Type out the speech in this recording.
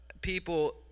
people